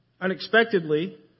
unexpectedly